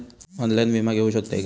Online विमा घेऊ शकतय का?